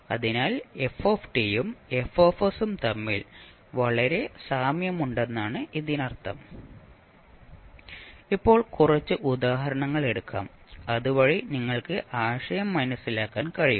അതിനാൽ f ഉം F ഉം തമ്മിൽ വളരെ സാമ്യമുണ്ടെന്നാണ് ഇതിനർത്ഥം ഇപ്പോൾ കുറച്ച് ഉദാഹരണങ്ങൾ എടുക്കാം അതുവഴി നിങ്ങൾക്ക് ആശയം മനസ്സിലാക്കാൻ കഴിയും